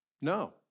No